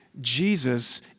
Jesus